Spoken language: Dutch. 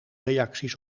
reacties